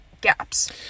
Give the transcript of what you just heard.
gaps